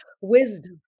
Wisdom